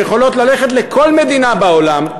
שיכולות ללכת לכל מדינה בעולם,